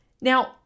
Now